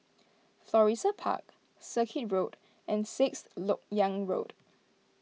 Florissa Park Circuit Road and Sixth Lok Yang Road